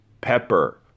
Pepper